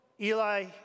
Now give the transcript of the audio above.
Eli